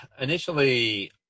initially